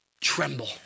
tremble